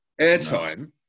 airtime